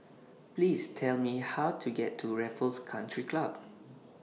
Please Tell Me How to get to Raffles Country Club